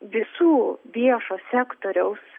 visų viešo sektoriaus